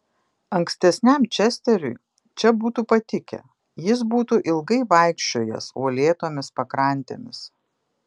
ankstesniam česteriui čia būtų patikę jis būtų ilgai vaikščiojęs uolėtomis pakrantėmis